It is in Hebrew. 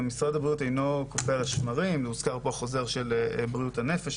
גם משרד הבריאות אינו קופא על השמרים והוזכר פה החוזר של בריאות הנפש,